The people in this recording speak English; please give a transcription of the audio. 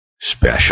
special